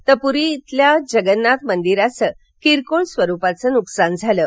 तर पूरी इथल्या श्री जगन्नाथ मंदिराचं किरकोळ स्वरूपाचं नुकसान झालं आहे